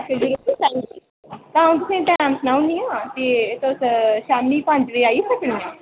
हां तुसें ई टाईम सनाई ओड़नी आं ते तुस शामीं पंज बजे आई सकने